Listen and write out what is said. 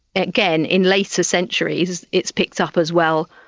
again, in later centuries it's picked up as well.